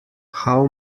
how